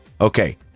okay